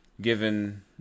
given